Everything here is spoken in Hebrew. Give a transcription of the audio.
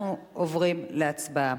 אנחנו עוברים להצבעה.